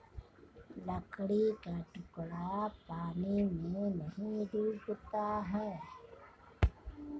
लकड़ी का टुकड़ा पानी में नहीं डूबता है